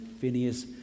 Phineas